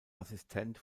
assistent